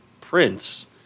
prince